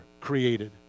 created